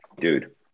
Dude